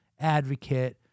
advocate